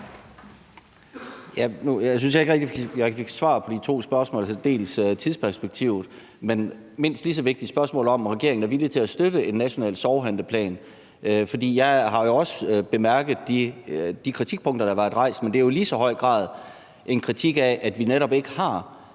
jeg fik svar på de to spørgsmål, der dels handlede om tidsperspektivet, dels - og mindst lige så vigtigt - om, hvorvidt regeringen er villig til at støtte en national sorghandleplan. For jeg har jo også bemærket de kritikpunkter, der er blevet rejst, men det er jo i lige så høj grad en kritik af, at vi netop ikke har